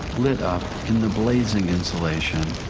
lit up in the blazing insulation,